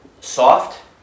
soft